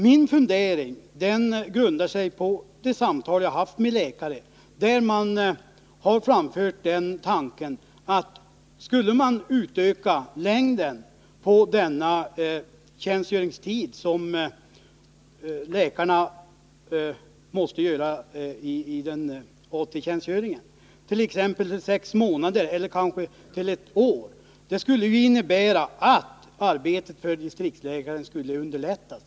Min fundering grundar sig på de samtal som jag har haft med läkare, varvid den tanken framförts att skulle man öka tiden för AT tjänstgöringen, t.ex. till sex månader eller kanske till tolv månader, innebär det att arbetet för distriktsläkaren skulle underlättas.